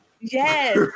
Yes